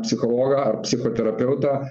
psichologą ar psichoterapeutą